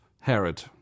Herod